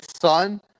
son